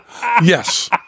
Yes